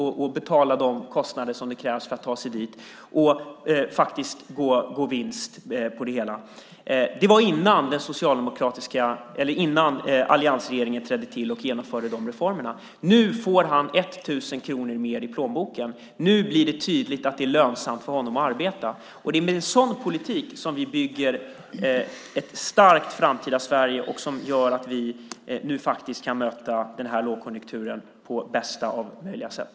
Han skulle inte kunna betala kostnaden för att ta sig dit och samtidigt gå med vinst. Det var innan alliansregeringen trädde till och genomförde sina reformer. Nu får han 1 000 kronor mer i plånboken. Nu blir det tydligt att det blir lönsamt för honom att arbeta. Det är med en sådan politik som vi bygger ett starkt framtida Sverige och kan möta den här lågkonjunkturen på bästa sätt.